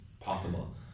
possible